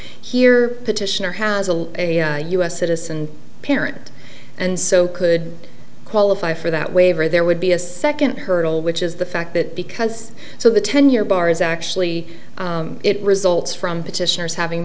here petitioner hazell a u s citizen parent and so could qualify for that waiver there would be a second hurdle which is the fact that because so the ten year bar is actually it results from petitioners having